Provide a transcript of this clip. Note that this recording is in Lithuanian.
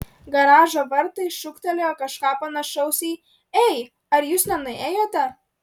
garažo vartai šūktelėjo kažką panašaus į ei ar jūs nenuėjote